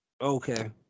Okay